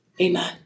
Amen